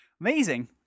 amazing